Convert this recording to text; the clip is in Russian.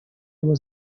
его